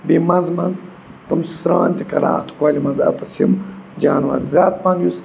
بیٚیہِ منٛزٕ منٛزٕ تِم چھِ سرٛان تہِ کَران اَتھ کۄلہِ منٛز اَتَس یِم جانوَر زیادٕ پَہَن یُس